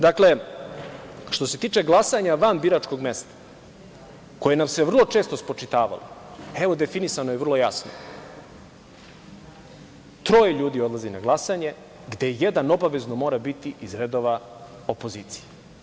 Dakle, što se tiče glasanja van biračkog mesta koje nam se vrlo često spočitavalo evo definisano je vrlo jasno - troje ljudi odlazi na glasanje, gde jedan obavezno mora biti iz redova opozicije.